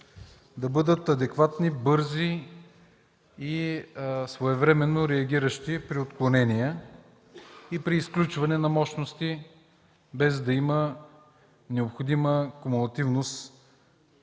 да бъдат адекватни, бързи и своевременно реагиращи при отклонения и при изключване на мощности, без да има необходима кумулативност